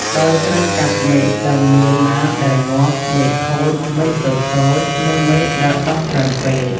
ដោយត្រូវកាត់មែកដើមមៀនណាដែលងាប់ មែកខូច មែកតូចៗ និងមែកដែលដុះច្រើនពេក។